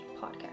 podcast